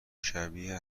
شبیه